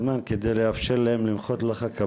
כמובן שתוך כדי צריך גם לעשות אכיפה,